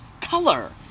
color